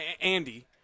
Andy